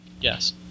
Yes